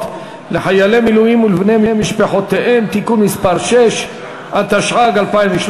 לחיילי מילואים ולבני משפחותיהם (תיקון מס' 6),